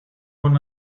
one